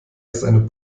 ist